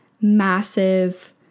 massive